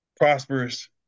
prosperous